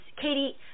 Katie